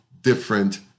different